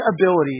abilities